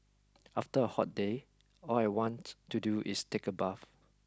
after a hot day all I want to do is take a bath